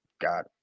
got